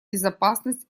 безопасность